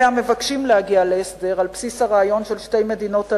אלה המבקשים להגיע להסדר על בסיס הרעיון של שתי מדינות הלאום,